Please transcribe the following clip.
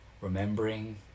remembering